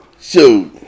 Shoot